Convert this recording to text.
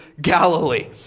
Galilee